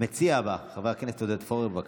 המציע הבא, חבר הכנסת עודד פורר, בבקשה.